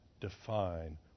define